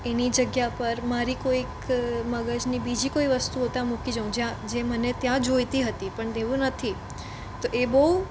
એની જગ્યા પર મારી કોઈક મગજની બીજી કોઈ વસ્તુઓ ત્યાં મૂકી જોઉં જ્યાં જે મને ત્યાં જોઈતી હતી પણ તેવું નથી તો એ બહુ